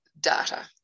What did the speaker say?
data